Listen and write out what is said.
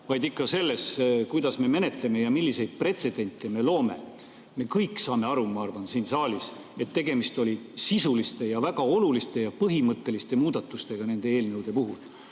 vaid ikka sellega, kuidas me menetleme ja milliseid pretsedente me loome. Me kõik saame aru, ma arvan, siin saalis, et tegemist oli sisuliste ja väga oluliste ja põhimõtteliste muudatustega nende eelnõude puhul.